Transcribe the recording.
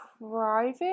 private